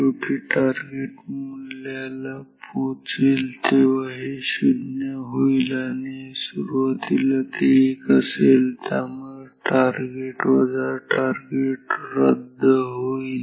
तर शेवटी ते टार्गेट मूल्याला पोहोचेल जेव्हा हे शून्य होईल आणि सुरुवातीला ते एक असेल त्यामुळे टारगेट वजा टारगेट रद्द होईल